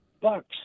bucks